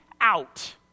out